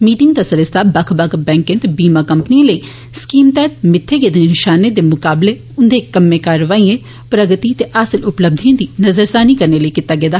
meeting दा सरिस्ता बक्ख बक्ख बैंकें ते बीमा कम्पनियें लेई स्कीम तैहत मित्थे गेदे नशाने दे मुकाबले उन्दे कम्में कारवाइयें प्रगति ते हासल उपलब्धियें दी नजरसानी करने लेई कीता गेया